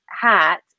hat